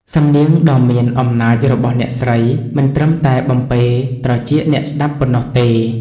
សំនៀងដ៏មានអំណាចរបស់អ្នកស្រីមិនត្រឹមតែបំពេរត្រចៀកអ្នកស្ដាប់ប៉ុណ្ណោះទេ។